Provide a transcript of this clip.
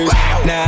Now